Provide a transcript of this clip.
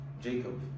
Jacob